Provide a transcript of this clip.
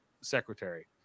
secretary